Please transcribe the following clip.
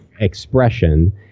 expression